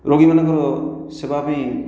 ରୋଗୀମାନଙ୍କର ସେବା ପାଇଁ